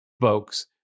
folks